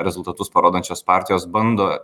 rezultatus parodančios partijos bando